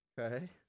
okay